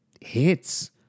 hits